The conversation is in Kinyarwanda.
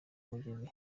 mugezi